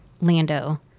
Lando